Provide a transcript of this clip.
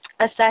assess